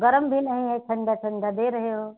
गर्म भी नहीं है ठंडी ठंडी दे रहे हो